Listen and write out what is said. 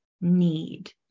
need